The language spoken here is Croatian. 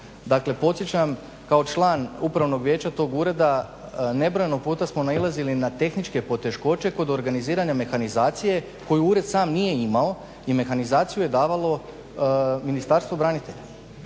Dakle, podsjećam kao član Upravnog vijeća tog ureda nebrojeno puta smo nailazili na tehničke poteškoće kod organiziranja mehanizacije koju ured sam nije imao i mehanizaciju je davalo Ministarstvo branitelja.